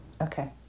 okay